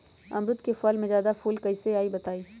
अमरुद क फल म जादा फूल कईसे आई बताई?